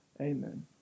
Amen